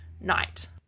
night